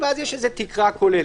ואז יש איזו תקרה כוללת.